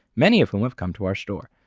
many of whom have come to our store.